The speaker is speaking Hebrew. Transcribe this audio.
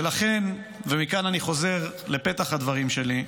ולכן, ומכאן אני חוזר לפתח הדברים שלי,